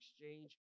exchange